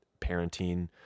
parenting